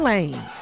Lane